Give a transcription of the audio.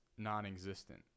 Non-existent